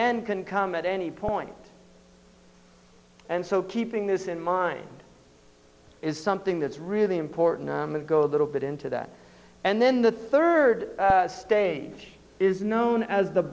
end can come at any point and so keeping this in mind is something that's really important to go a little bit into that and then the third stage is known as the